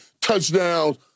touchdowns